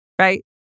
Right